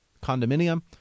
condominium